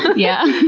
yeah.